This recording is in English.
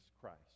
Christ